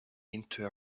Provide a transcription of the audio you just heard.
into